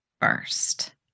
first